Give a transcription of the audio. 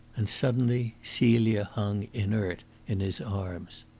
and suddenly celia hung inert in his arms.